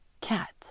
cat